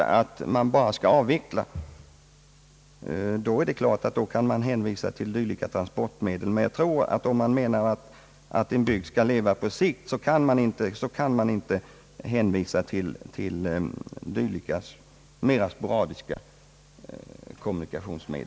Skall man bara avveckla kan man givetvis hänvisa till dylika lösningar, men menar man att en bygd skall leva vidare, tror jag inte att man kan räkna med sådana mera sporadiska lösningar.